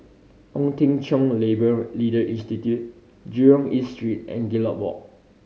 Ong Teng Cheong Labour Leader Institute Jurong East Street and Gallop Walk